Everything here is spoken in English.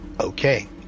Okay